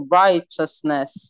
righteousness